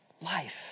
life